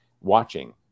watching